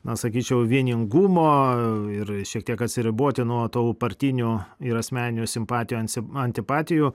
na sakyčiau vieningumo ir šiek tiek atsiriboti nuo tų partinių ir asmeninių simpatijų ansi antipatijų